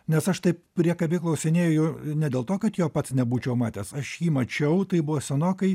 nes aš taip priekabiai klausinėju ne dėl to kad jo pats nebūčiau matęs aš jį mačiau tai buvo senokai